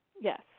Yes